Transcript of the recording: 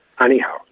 anyhow